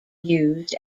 used